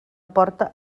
porta